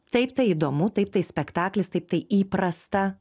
taip tai įdomu taip tai spektaklis taip tai įprasta